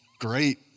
great